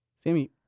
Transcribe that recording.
Sammy